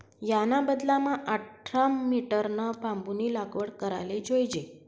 याना बदलामा आठरा मीटरना बांबूनी लागवड कराले जोयजे